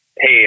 hey